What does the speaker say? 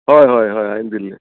हय हय हय हांवें दिल्लें